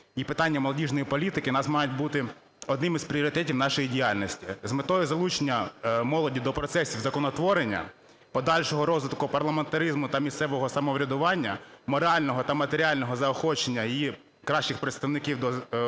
І питання молодіжної політики у нас мають бути одним із пріоритетів нашої діяльності. З метою залучення молоді до процесів законотворення, подальшого розвитку парламентаризму та місцевого самоврядування, морального та матеріального заохочення її кращих представників